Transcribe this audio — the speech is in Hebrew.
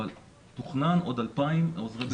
אבל תוכנן עוד 2,000 עוזרי בטיחות.